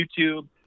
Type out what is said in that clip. YouTube